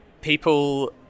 people